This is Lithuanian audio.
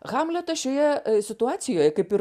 hamletas šioje situacijoje kaip ir